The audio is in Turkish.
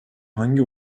hangi